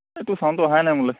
এই তোৰ চাউণ্ডটো অহাই নাই মোলৈ